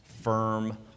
firm